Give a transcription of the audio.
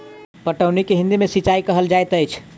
पटौनी के हिंदी मे सिंचाई कहल जाइत अछि